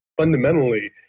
fundamentally